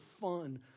fun